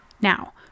Now